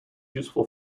useful